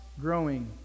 growing